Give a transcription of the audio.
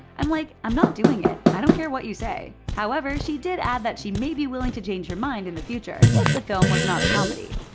i'm like, i'm not doing it. i don't care what you say. however, she did add that she may be willing to change her mind in the future, if the film was not a comedy.